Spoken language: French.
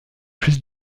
plus